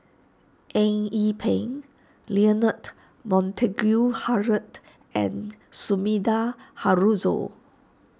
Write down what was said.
Eng Yee Peng Leonard Montague Harrod and Sumida Haruzo